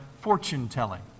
fortune-telling